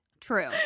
True